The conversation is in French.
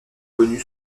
connu